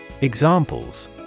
Examples